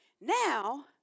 now